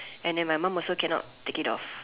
and then my mom also cannot take it off